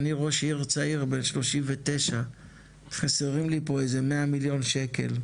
אני ראש עיר צעיר בן 39 חסרים לי פה איזה מאה מיליון שקל.